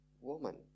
Woman